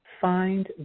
find